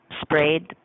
sprayed